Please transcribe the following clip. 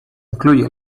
incluye